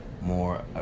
more